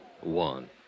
One